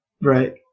right